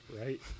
Right